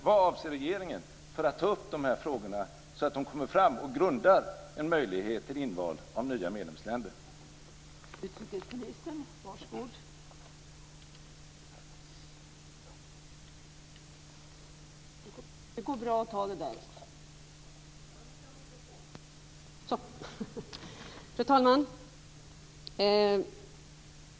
Vad avser regeringen göra för att ta upp de här frågorna, så att de lyfts fram och gör ett inval av nya medlemsländer möjligt?